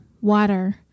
Water